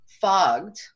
fogged